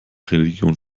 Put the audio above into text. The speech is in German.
religion